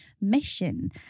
mission